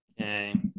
Okay